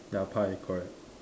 ya pie correct